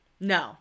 No